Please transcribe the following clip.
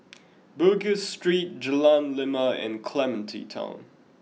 Bugis Street Jalan Lima and Clementi Town